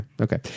Okay